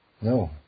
No